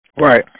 Right